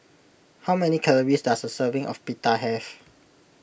how many calories does a serving of Pita have